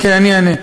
כן, אני אענה.